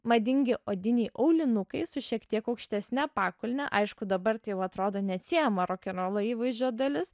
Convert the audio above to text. madingi odiniai aulinukai su šiek tiek aukštesne pakulne aišku dabar tai jau atrodo neatsiejama rokenrolo įvaizdžio dalis